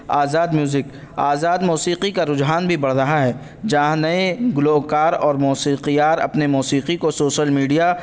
آزاد music آزاد موسیقی کا رجحان بھی بڑھ رہا ہے جہاں نئے گلوکار اور موسیقی کار اپنے موسیقی کو سوشل میڈیا